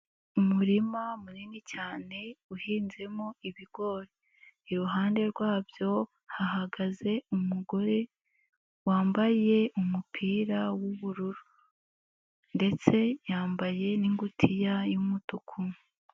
Umurima munini cyane uhinzemo ibigori, iruhande rwabyo hahagaze umugore wambaye umupira w'ubururu ndetse yambaye n'ingutiya y'umutuku.